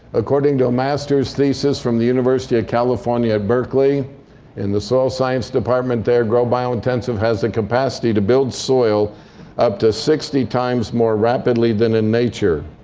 according to a master's thesis from the university of california at berkeley in the soil science department there, grow biointensive has the capacity to build soil up to sixty times more rapidly than in nature.